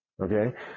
okay